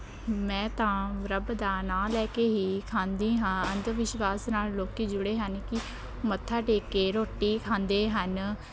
ਮੈਂ ਤਾਂ ਰੱਬ ਦਾ ਨਾਂ ਲੈ ਕੇ ਹੀ ਖਾਂਦੀ ਹਾਂ ਅੰਧ ਵਿਸ਼ਵਾਸ ਨਾਲ ਲੋਕ ਜੁੜੇ ਹਨ ਕਿ ਮੱਥਾ ਟੇਕ ਕੇ ਰੋਟੀ ਖਾਂਦੇ ਹਨ